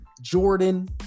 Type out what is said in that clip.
Jordan